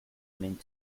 mint